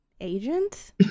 agent